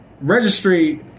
registry